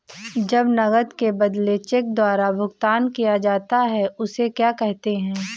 जब नकद के बदले चेक द्वारा भुगतान किया जाता हैं उसे क्या कहते है?